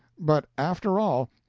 but, after all,